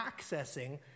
accessing